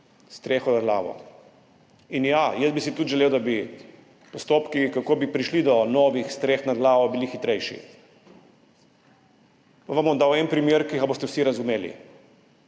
streho nad glavo. In ja, jaz bi si tudi želel, da bi postopki, kako bi prišli do novih streh nad glavo, bili hitrejši. Pa vam bom dal en primer, ki ga boste vsi razumeli,